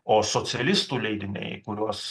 o socialistų leidiniai kuriuos